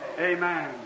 Amen